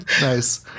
Nice